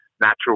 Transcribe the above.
natural